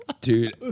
Dude